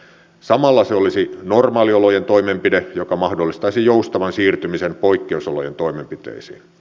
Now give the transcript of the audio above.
samalla se olisi normaaliolojen toimenpide joka mahdollistaisi joustavan siirtymisen poikkeusolojen toimenpiteisiin